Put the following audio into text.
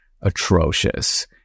atrocious